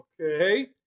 Okay